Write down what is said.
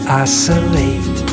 isolate